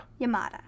Yamada